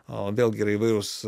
o vėlgi yra įvairūs